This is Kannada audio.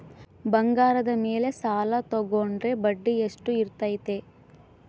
ಬಂಗಾರದ ಮೇಲೆ ಸಾಲ ತೋಗೊಂಡ್ರೆ ಬಡ್ಡಿ ಎಷ್ಟು ಇರ್ತೈತೆ?